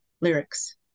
lyrics